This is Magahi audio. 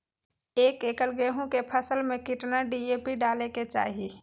एक एकड़ गेहूं के फसल में कितना डी.ए.पी डाले के चाहि?